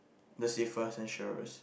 the safer ensures